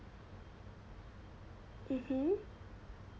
mmhmm